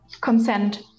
consent